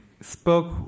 spoke